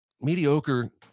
mediocre